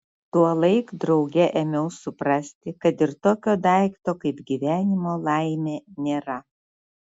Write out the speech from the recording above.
tuolaik drauge ėmiau suprasti kad ir tokio daikto kaip gyvenimo laimė nėra